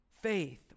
Faith